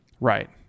Right